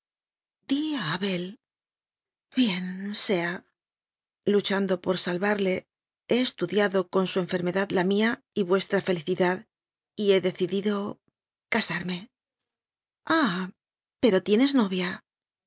abel bien sea luchando por salvarle he es tudiado con su enfermedad la mía y vues tra felicidad y he decidido casarme v ah pero tienes novia